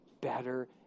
better